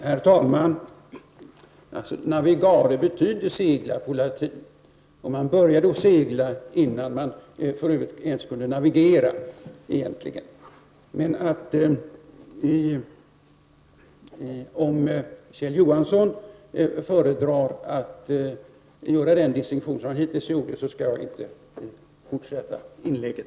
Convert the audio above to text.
Herr talman! Navigare betyder faktiskt segla på latin. Man började då segla innan man ens kunde navigera egentligen. Om Kjell Johansson föredrar att göra den distinktion han har gjort skall jag inte fortsätta inlägget.